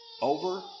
over